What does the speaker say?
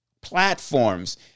platforms